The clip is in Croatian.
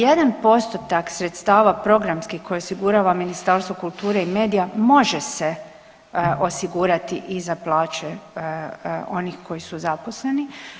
Jedan postotak sredstava programski koji osigurava Ministarstvo kulture i medija može se osigurati i za plaće onih koji su zaposleni.